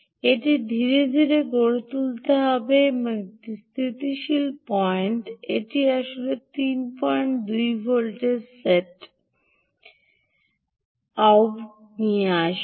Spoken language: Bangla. এটি ধীরে ধীরে গড়ে তুলতে হবে এবং একটি স্থিতিশীল পয়েন্টে এটি আসলে 32 ভোল্টের সেট Vout আসবে